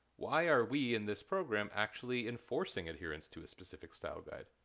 why are we, in this program, actually enforcing adherence to a specific style guide?